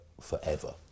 forever